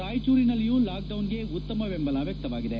ರಾಯಚೂರಿನಲ್ಲಿಯೂ ಲಾಕ್ಡೌನ್ಗೆ ಉತ್ತಮ ಬೆಂಬಲ ವ್ಯಕ್ತವಾಗಿದೆ